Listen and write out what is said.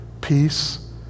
peace